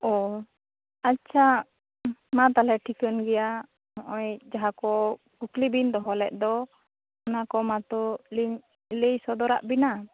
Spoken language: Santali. ᱚ ᱟᱪᱪᱷᱟ ᱢᱟ ᱛᱟᱦᱚᱞᱮ ᱴᱷᱤᱠᱟᱹᱱ ᱜᱮᱭᱟ ᱱᱚᱜᱼᱚᱭ ᱡᱟᱦᱟᱸᱠᱚ ᱠᱩᱠᱞᱤᱵᱤᱱ ᱫᱚᱦᱚ ᱞᱮᱫ ᱫᱚ ᱚᱱᱟᱠᱚ ᱢᱟᱛᱚ ᱞᱤᱧ ᱞᱟᱹᱭ ᱥᱚᱫᱚᱨᱟᱫ ᱵᱤᱱᱟ